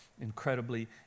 incredibly